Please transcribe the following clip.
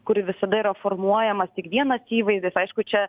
kur visada yra formuojamas tik vienas įvaizdis aišku čia